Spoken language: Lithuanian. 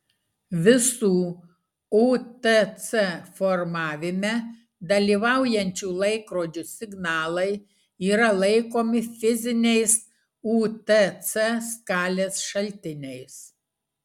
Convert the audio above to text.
visų utc formavime dalyvaujančių laikrodžių signalai yra laikomi fiziniais utc skalės šaltiniais